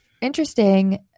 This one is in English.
interesting